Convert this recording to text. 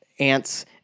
ants